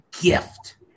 gift